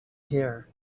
here